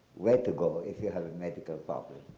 where to go if you have a medical problem,